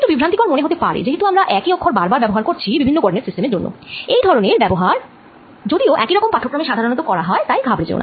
এটা একটু বিভ্রান্তিকর মনে হতে পারে যে হেতু আমরা একই অক্ষর বার বার ব্যাবহার করছি বিভিন্ন কোওরডিনেট সিস্টেম এর জন্য এই ধরনের ব্যাবহার যদিও এই রকম পাঠক্রমে সাধারনত করা হয় তাই ঘাবড়ে যেও না